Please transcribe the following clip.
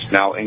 now